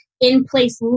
in-place